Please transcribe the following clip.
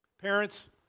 Parents